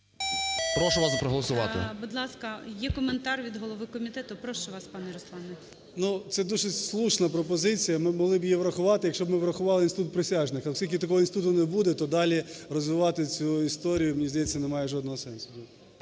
Будь ласка, є коментар від голови комітету. Прошу вас, пане Руслане. 13:31:25 КНЯЗЕВИЧ Р.П. Ну, це дуже слушна пропозиція, ми могли б її врахувати, якщо б ми врахували інститут присяжних. Але оскільки такого інституту не буде, то далі розвивати цю історію, мені здається, немає жодного сенсу.